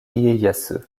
ieyasu